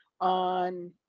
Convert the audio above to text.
on